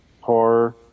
horror